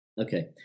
Okay